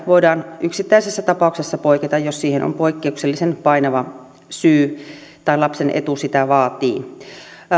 voidaan yksittäisessä tapauksessa poiketa jos siihen on poikkeuksellisen painava syy tai lapsen etu sitä vaatii